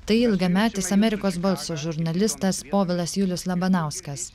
tai ilgametis amerikos balso žurnalistas povilas julius labanauskas